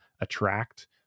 attract